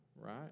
right